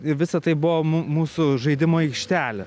ir visa tai buvo mū mūsų žaidimo aikštelė